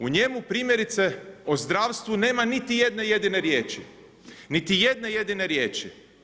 U njemu primjerice o zdravstvu nema niti jedne jedine riječi, niti jedne jedine riječi.